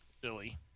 Billy